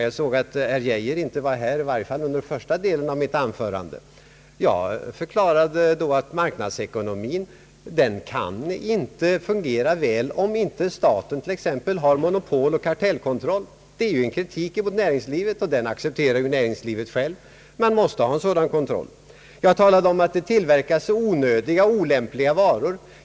Jag såg att herr Geijer inte var här under första delen av mitt anförande. Jag förklarade då, att marknadsekonomin inte kan fungera väl om inte staten har monopoloch kartellkontroll. Det är en kritik emot näringslivet, och den accepterar näringslivet självt. Man måste ha en sådan kontroll. Jag talade om att det tillverkas onödiga och olämpliga varor.